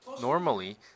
normally